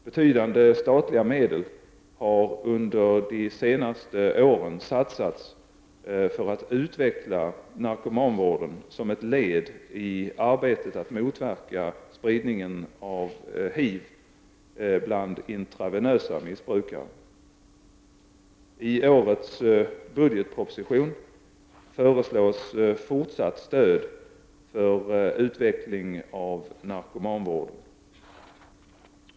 Betydande statliga medel har under de senaste åren satsats för att utveckla narkomanvården som ett led i arbetet att motverka spridningen av HIV bland missbrukare som injicerar intravenöst. I årets budgetproposition föreslås fortsatt stöd för utveckling av narkomanvården.